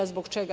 Zbog čega?